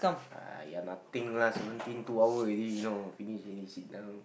!aiya! nothing lah seventeen two hour already you know finish already sit down